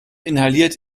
inhaliert